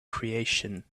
creation